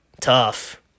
tough